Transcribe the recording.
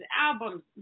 albums